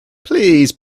please